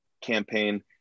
campaign